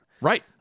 Right